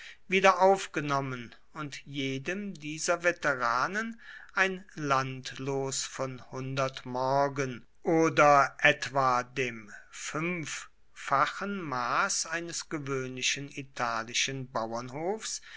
wieder aufgenommen und jedem dieser veteranen ein landlos von morgen oder etwa dem fünffachen maß eines gewöhnlichen italischen bauernhofs